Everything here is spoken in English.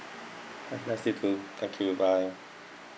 have a nice day too thank you bye